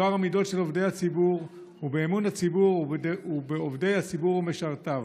בטוהר המידות של עובדי הציבור ובאמון הציבור בעובדי הציבור ומשרתיו.